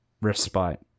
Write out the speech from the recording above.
respite